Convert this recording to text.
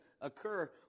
occur